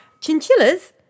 Chinchillas